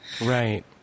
Right